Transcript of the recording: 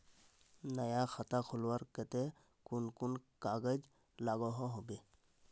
नया खाता खोलवार केते कुन कुन कागज लागोहो होबे?